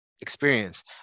experience